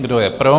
Kdo je pro?